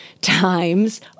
times